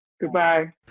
Goodbye